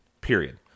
Period